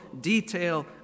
detail